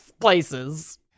places